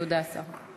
תודה, השר.